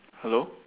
hello